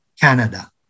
Canada